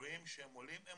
זה